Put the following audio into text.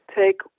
take